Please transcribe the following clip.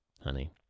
honey